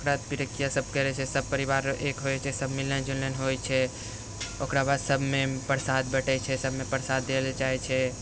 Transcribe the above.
ओकरा बाद पिरिकिआ सबके रहै छै सबपरिवार एक होइ छै सब मिलन जुलन होइ छै ओकरा बाद सबमे परसाद बँटै छै सबमे परसाद देल जाइ छै